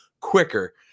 quicker